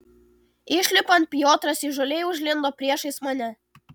išlipant piotras įžūliai užlindo priešais mane